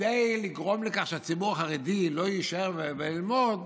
כדי לגרום לכך שהציבור החרדי לא ישב ללמוד.